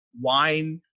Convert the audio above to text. wine